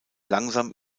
langsam